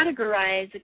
categorize